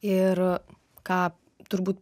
ir ką turbūt